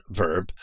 verb